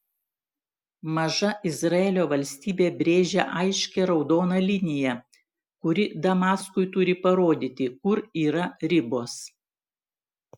maža izraelio valstybė brėžia aiškią raudoną liniją kuri damaskui turi parodyti kur yra ribos